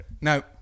no